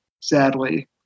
sadly